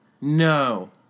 No